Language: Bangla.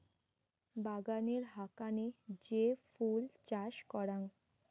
বাগানের হাকানে যে ফুল চাষ করাং